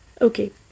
Okay